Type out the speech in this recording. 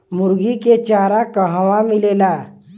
मुर्गी के चारा कहवा मिलेला?